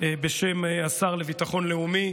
בשם השר לביטחון לאומי.